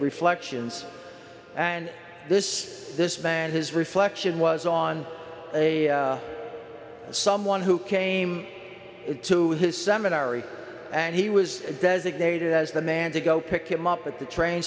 reflections and this this man his reflection was on a someone who came to his seminary and he was designated as the man to go pick him up at the train